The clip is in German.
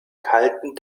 kalten